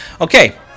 Okay